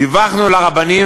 דיווחנו לרבנים,